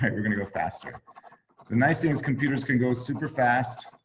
um you're gonna go faster. the nice thing is computers can go super fast.